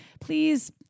please